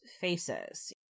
faces